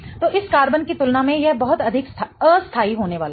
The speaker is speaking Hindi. तो इस कार्बन की तुलना में यह बहुत अधिक अस्थाई होने वाला है